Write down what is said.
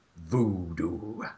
voodoo